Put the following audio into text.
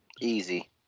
Easy